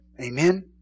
Amen